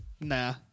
Nah